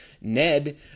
Ned